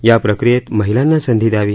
या प्रक्रियेत महिलांना संधी द्यावी